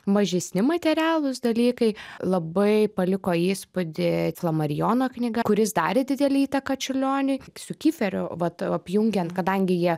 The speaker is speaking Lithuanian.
mažesni materialūs dalykai labai paliko įspūdį flomarijono knyga kuris darė didelę įtaką čiurlioniui su kiferiu vat apjungiant kadangi jie